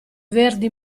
verdi